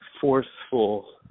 forceful